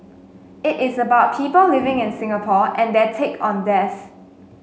it is about people living in Singapore and their take on death